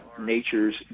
nature's